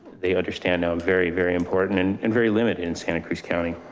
they understand now very, very important and and very limited in santa cruz county.